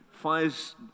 Fires